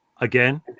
Again